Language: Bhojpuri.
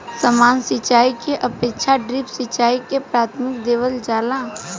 सामान्य सिंचाई के अपेक्षा ड्रिप सिंचाई के प्राथमिकता देवल जाला